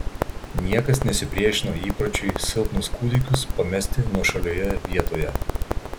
niekas nesipriešino įpročiui silpnus kūdikius pamesti nuošalioje vietoje